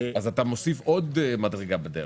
אז אתה מוסיף עוד מדרגה בדרך.